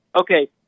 Okay